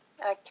Okay